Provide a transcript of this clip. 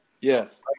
Yes